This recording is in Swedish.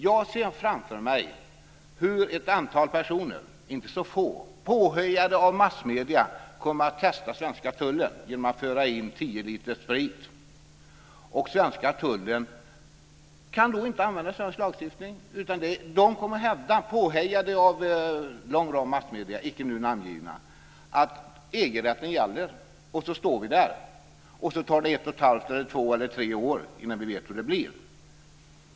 Jag ser framför mig hur ett antal personer - inte så få - påhejade av massmedier kommer att testa svenska tullen genom att föra in 10 liter sprit. Svenska tullen kan då inte använda svensk lagstiftning. De kommer att hävda, påhejade av en lång rad icke nu namngivna massmedier, att EG-rätten gäller, och så står vi där. Då går det ett och ett halvt, två eller tre år innan vi vet hur det blir.